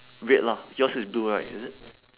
red lah yours is blue right is it